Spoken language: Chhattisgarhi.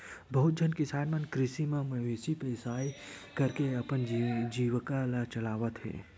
बहुत झन किसान मन कृषि म मवेशी पोसई करके अपन जीविका ल चलावत हे